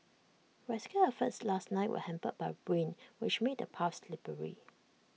rescue efforts last night were hampered by rain which made the paths slippery